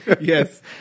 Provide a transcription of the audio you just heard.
yes